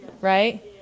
right